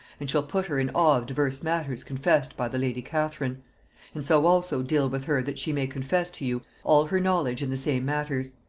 and shall put her in awe of divers matters confessed by the lady catherine and so also deal with her that she may confess to you all her knowledge in the same matters.